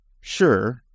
Sure